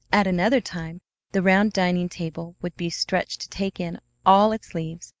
at another time the round dining-table would be stretched to take in all its leaves,